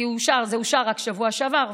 כי זה אושר רק בשבוע שעבר,